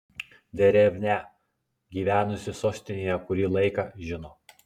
derevnia gyvenusi sostinėje kurį laiką žino